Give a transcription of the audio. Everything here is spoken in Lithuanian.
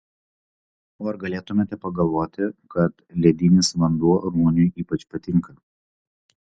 o ar galėtumėte pagalvoti kad ledinis vanduo ruoniui ypač patinka